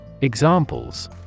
Examples